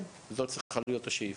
זאת צריכה להיות השאיפה.